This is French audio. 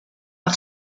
par